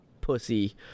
pussy